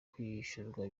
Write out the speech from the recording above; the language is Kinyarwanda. kwishyurwa